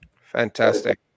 fantastic